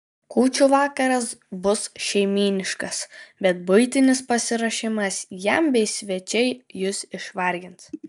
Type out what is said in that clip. kūčių vakaras bus šeimyniškas bet buitinis pasiruošimas jam bei svečiai jus išvargins